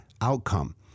outcome